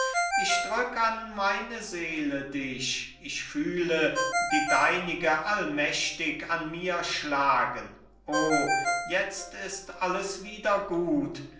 ich drück an meine seele dich ich fühle die deinige allmächtig an mir schlagen o jetzt ist alles wieder gut